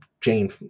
Jane